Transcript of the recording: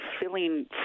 filling